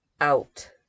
out